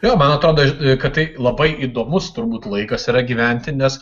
jo man atrodo kad tai labai įdomus turbūt laikas yra gyventi nes